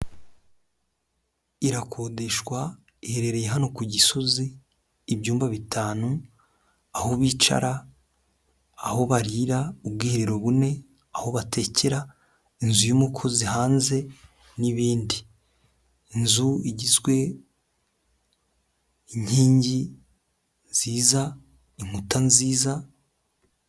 Irakodeshwa iherereye hano ku Gisozi, ibyumba bitanu, aho bicara, aho barira, ubwiherero bune, aho batekera, inzu y'umukozi hanze n'ibindi inzu igizwe n'inkingi nziza, inkuta nziza.